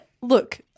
look